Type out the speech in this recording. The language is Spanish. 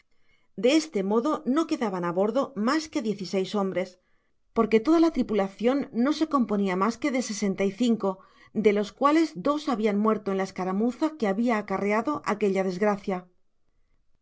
de este modo no quedaban á bordo mas que diez y seis hombres porque toda la tripulacion no se componia mas que content from google book search generated at de sesenta y cinco de los cuales dos habian muerto en la escaramuza que habia acarreado aquella desgracia